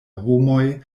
homoj